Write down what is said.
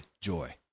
joy